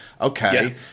Okay